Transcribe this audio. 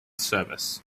service